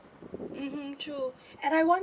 mmhmm true and I wonder